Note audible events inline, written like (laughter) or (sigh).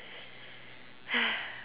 (breath)